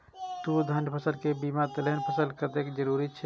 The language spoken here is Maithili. दू धान्य फसल के बीच तेलहन फसल कतेक जरूरी छे?